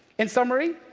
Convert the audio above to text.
in summary,